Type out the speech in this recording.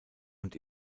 und